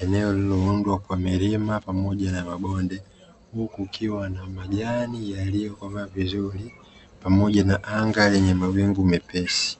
eneo lililoundwa kwa milima pamoja na mabonde, huku kukiwa na majani yaliyo komaa vizuri pamoja na anga yenye mawingu mepesi.